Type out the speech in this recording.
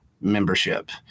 membership